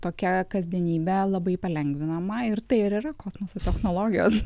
tokia kasdienybė labai palengvinama ir tai ir yra kosmoso technologijos